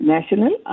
National